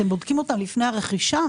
אתם בודקים אותם לפני הרכישה?